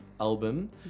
album